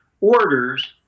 orders